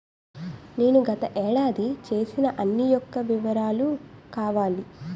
నేను గత ఏడాది చేసిన అన్ని యెక్క వివరాలు కావాలి?